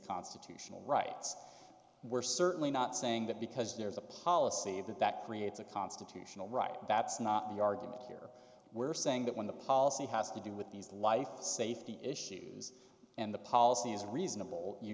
constitutional rights and we're certainly not saying that because there's a policy of that that creates a constitutional right that's not the argument here we're saying that when the policy has to do with these life safety issues and the policy is reasonable you